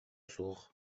суох